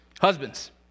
husbands